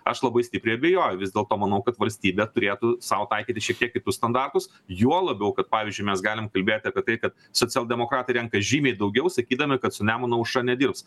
aš labai stipriai abejoju vis dėlto manau kad valstybė turėtų sau taikyti šiek tiek kitus standartus juo labiau kad pavyzdžiui mes galim kalbėti apie tai kad socialdemokratai renka žymiai daugiau sakydami kad su nemuno aušra nedirbs